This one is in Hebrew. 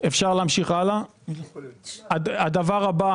הדבר הבא